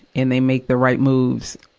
and they make the right moves,